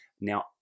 Now